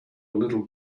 little